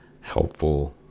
helpful